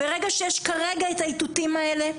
ברגע שיש כרגע את האיתותים האלה,